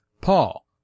Paul